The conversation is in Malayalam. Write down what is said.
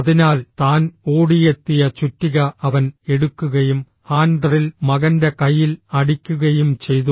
അതിനാൽ താൻ ഓടിയെത്തിയ ചുറ്റിക അവൻ എടുക്കുകയും ഹാൻഡറിൽ മകന്റെ കൈയിൽ അടിക്കുകയും ചെയ്തു